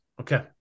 Okay